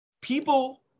people